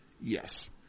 Yes